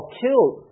killed